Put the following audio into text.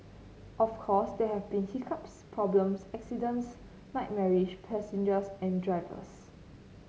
of course there have been hiccups problems accidents nightmarish passengers and drivers